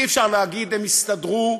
אי-אפשר להגיד: הם יסתדרו.